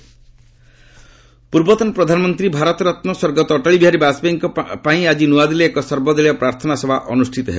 Vajpayee all party ପୂର୍ବତନ ପ୍ରଧାନମନ୍ତ୍ରୀ ଭାରତରତ୍ନ ସ୍ୱର୍ଗତ ଅଟଳବିହାରୀ ବାଜପେୟୀଙ୍କ ପାଇଁ ଆଜି ନୂଆଦିଲ୍ଲୀରେ ଏକ ସର୍ବଦଳୀୟ ପ୍ରାର୍ଥନା ସଭା ଅନୁଷ୍ଠିତ ହେବ